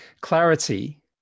clarity